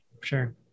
Sure